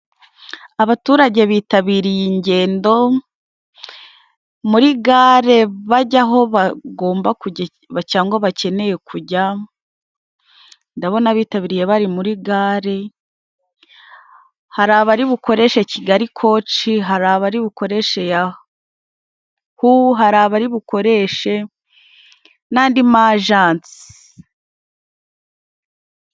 Abaturage bitabiriye ingendo muri gare bajya aho bagomba kujya cyangwa bakeneye kujya ndabona bitabiriye bari muri gare hari abari bukoreshe kigali koci, hari abari bukoreshe ya hu, hari abari bukoreshe n'andi majanse.